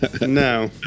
No